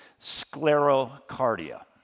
sclerocardia